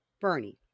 Bernie